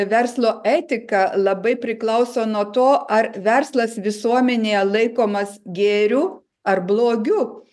verslo etika labai priklauso nuo to ar verslas visuomenėje laikomas gėriu ar blogiu